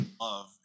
love